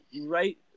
right